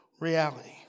reality